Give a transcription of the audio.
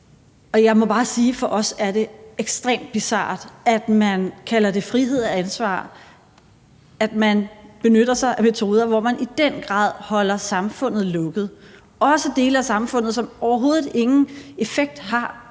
Jeg må bare sige, at det for os er ekstremt bizart, at man kalder det frihed og ansvar, at man benytter sig af metoder, hvor man i den grad holder samfundet lukket, også dele af samfundet, hvor det overhovedet ingen effekt har